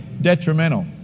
detrimental